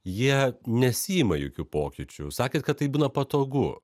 jie nesiima jokių pokyčių sakė kad taip būna patogu